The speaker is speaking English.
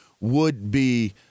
would-be